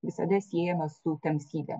visada siejamas su tamsybe